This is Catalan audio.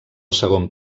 segon